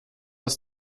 aus